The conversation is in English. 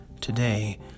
today